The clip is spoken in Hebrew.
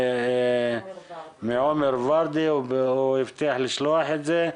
הנתונים מעומר ורדי, הוא הבטיח לשלוח את זה,